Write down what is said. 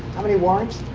how many warrants?